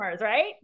right